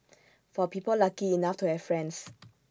for people lucky enough to have friends